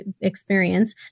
experience